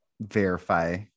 verify